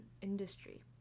industry